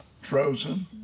frozen